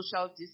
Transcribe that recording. social